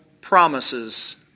promises